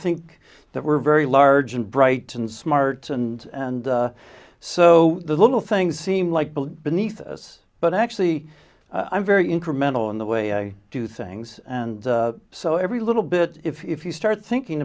think that we're very large and bright and smart and and so the little things seem like beneath us but actually i'm very incremental in the way i do things and so every little bit if you start thinking